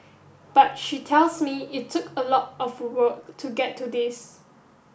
but she tells me it took a lot of work to get to this